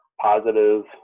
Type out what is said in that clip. positive